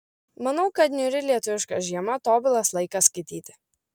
manau kad niūri lietuviška žiema tobulas laikas skaityti